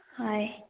ꯍꯣꯏ